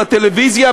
בטלוויזיה,